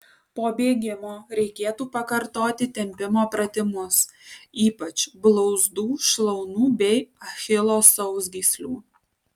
po bėgimo reikėtų pakartoti tempimo pratimus ypač blauzdų šlaunų bei achilo sausgyslių